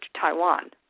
Taiwan